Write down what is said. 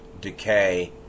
decay